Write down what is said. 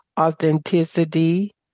authenticity